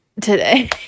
today